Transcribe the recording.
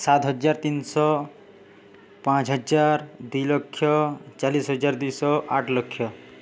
ସାତ ହଜାର ତିନିଶହ ପାଞ୍ଚ ହଜାର ଦୁଇ ଲକ୍ଷ ଚାଳିଶ ହଜାର ଦୁଇଶହ ଆଠ ଲକ୍ଷ